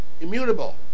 immutable